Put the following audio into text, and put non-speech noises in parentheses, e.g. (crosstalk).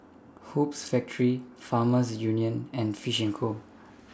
Hoops Factory Farmers Union and Fish and Co (noise)